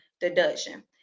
deduction